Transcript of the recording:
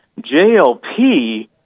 JLP